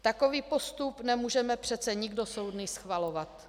Takový postup nemůžeme přece nikdo soudný schvalovat.